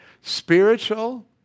spiritual